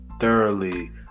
thoroughly